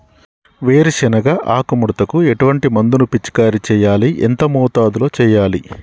వేరుశెనగ ఆకు ముడతకు ఎటువంటి మందును పిచికారీ చెయ్యాలి? ఎంత మోతాదులో చెయ్యాలి?